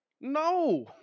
No